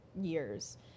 years